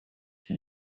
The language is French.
ces